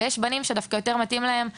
ויש בנים שבכלל יותר מתאים להם כדורסל,